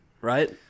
right